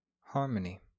harmony